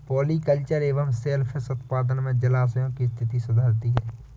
polyculture एवं सेल फिश उत्पादन से जलाशयों की स्थिति सुधरती है